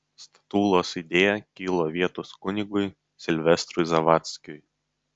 statulos idėja kilo vietos kunigui silvestrui zavadzkiui